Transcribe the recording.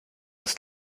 das